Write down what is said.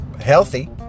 healthy